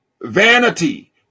Vanity